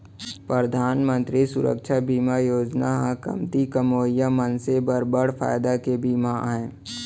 परधान मंतरी सुरक्छा बीमा योजना ह कमती कमवइया मनसे बर बड़ फायदा के बीमा आय